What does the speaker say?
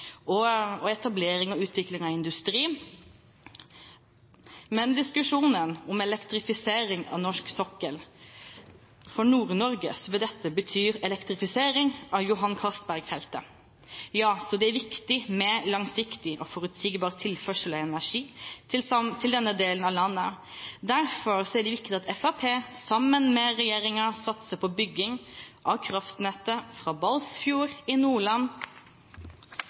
rammevilkår og etablering og utvikling av industrien. Diskusjonen om elektrifisering av norsk sokkel vil for Nord-Norge bety elektrifisering av Johan Castberg-feltet. Det er viktig med langsiktig og forutsigbar tilførsel av energi til denne delen av landet. Derfor er det viktig at Fremskrittspartiet sammen med regjeringen satser på bygging av kraftnettet fra Balsfjord i Nordland